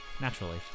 naturally